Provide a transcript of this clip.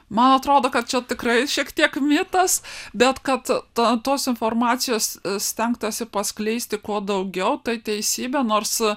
man atrodo kad čia tikrai šiek tiek mitas bet kad ta tos informacijos stengtasi paskleisti kuo daugiau tai teisybė nors